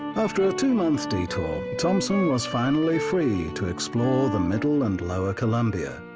after a two month detour, thompson was finally free to explore the middle and lower columbia.